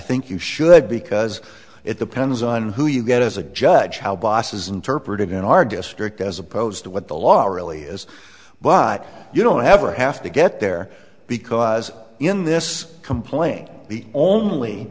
think you should because it depends on who you get as a judge how bosses interpret it in our district as opposed to what the law really is but you don't ever have to get there because in this complaint the only